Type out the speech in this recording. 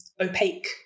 opaque